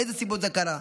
מאיזה סיבות זה קרה.